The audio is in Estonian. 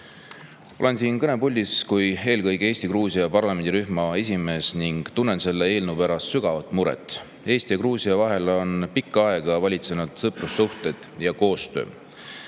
Olen siin kõnepuldis eelkõige kui Eesti-Gruusia parlamendirühma esimees ning tunnen selle eelnõu pärast sügavat muret. Eesti ja Gruusia vahel on pikka aega valitsenud sõprussuhted ja koostöö.